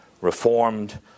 reformed